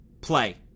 play